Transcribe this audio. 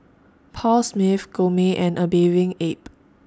Paul Smith Gourmet and A Bathing Ape